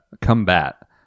combat